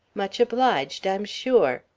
much obliged, i'm sure.